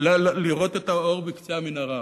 לראות את האור בקצה המנהרה,